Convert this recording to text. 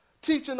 teaching